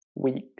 weeks